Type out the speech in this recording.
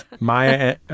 Maya